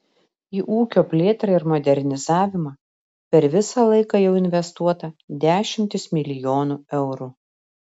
į ūkio plėtrą ir modernizavimą per visą laiką jau investuota dešimtys milijonų eurų